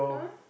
!huh!